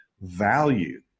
value